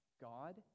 God